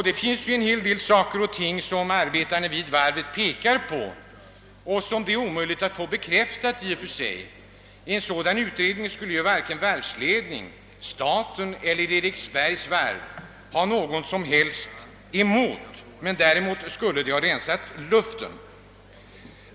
Det finns ju en hel del saker och ting, som arbetarna vid varvet har pekat på och som det är möjligt att få bekräftat i och för sig. En sådan utredning skulle varken varvsledningen, staten eller Eriksbergsvarvet kunna ha någonting som helst emot, utan den skulle snarast komma att rensa luften.